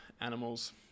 animals